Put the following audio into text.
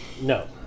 No